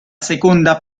seconda